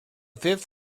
fifth